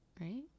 right